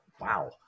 wow